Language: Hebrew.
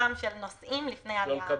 רק הפעם של נוסעים לפני המראה.